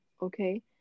okay